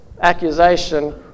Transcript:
accusation